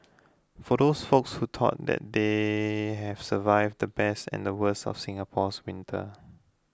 for those folks who thought that they have survived the best and the worst of Singapore winter